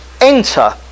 enter